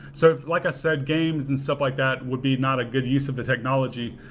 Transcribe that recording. so like i said, games and stuff like that would be not a good use of the technology.